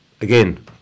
again